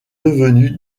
devenu